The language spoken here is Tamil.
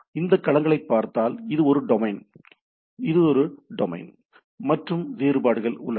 இப்போது இந்த களங்களைப் பார்த்தால் இது ஒரு டொமைன் இது ஒரு டொமைன் மற்றும் வேறுபாடுகள் உள்ளன